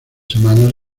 semanas